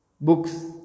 books